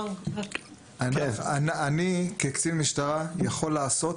אני כקצין משטרה יכול לעשות